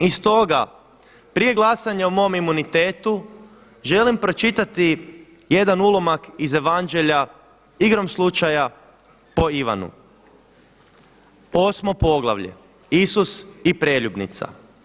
I stoga prije glasanja o mom imunitetu želim pročitati jedan ulomak iz Evanđelja igrom slučaja po Ivanu, 8. Poglavlje, Isus i preljubnica.